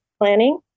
planning